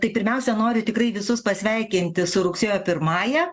tai pirmiausia noriu tikrai visus pasveikinti su rugsėjo pirmąja